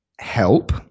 help